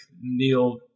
Neil